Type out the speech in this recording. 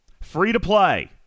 free-to-play